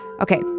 Okay